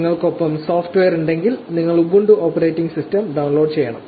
നിങ്ങൾക്കൊപ്പം സോഫ്റ്റ്വെയർ ഉണ്ടെങ്കിൽ നിങ്ങൾ ഉബുണ്ടു ഓപ്പറേറ്റിംഗ് സിസ്റ്റം ഡൌൺലോഡ് ചെയ്യണം